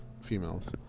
females